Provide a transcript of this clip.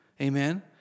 Amen